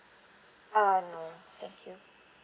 uh no thank you